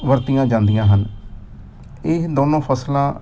ਵਰਤੀਆਂ ਜਾਂਦੀਆਂ ਹਨ ਇਹ ਦੋਨੋਂ ਫ਼ਸਲਾਂ